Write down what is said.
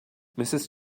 mrs